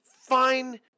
fine